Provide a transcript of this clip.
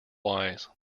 wise